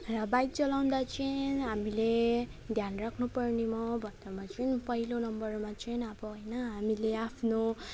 र बाइक चलाउँदा चाहिँ हामीले ध्यान राख्नु पर्नेमा भन्दामा चाहिँ पहिलो नम्बरमा चाहिँ अब होइन हामीले आफ्नो